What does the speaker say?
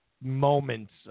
moments